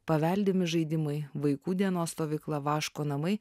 paveldimi žaidimai vaikų dienos stovykla vaško namai